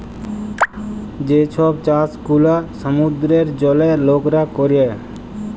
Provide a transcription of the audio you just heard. যে ছব চাষ গুলা সমুদ্রের জলে লকরা ক্যরে